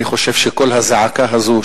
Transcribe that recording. אני חושב שקול הזעקה הזה,